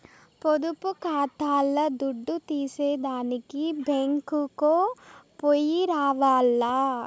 పొదుపు కాతాల్ల దుడ్డు తీసేదానికి బ్యేంకుకో పొయ్యి రావాల్ల